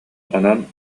онон